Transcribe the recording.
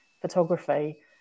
photography